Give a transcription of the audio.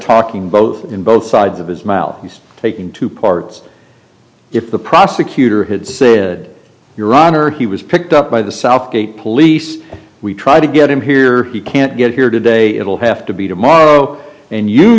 talking both in both sides of his mile he's taking two parts if the prosecutor had said your honor he was picked up by the southgate police we try to get him here he can't get here today it will have to be tomorrow and you